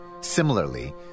Similarly